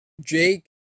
Jake